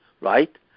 right